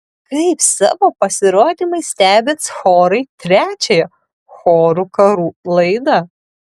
kaip savo pasirodymais stebins chorai trečiąją chorų karų laidą